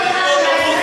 בסוף יבוא יום,